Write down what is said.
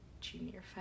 Junior